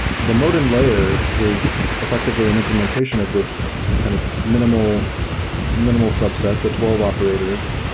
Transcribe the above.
the modin layer is effectively an implementation of this kind of minimal minimal subset, the twelve operators,